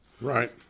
Right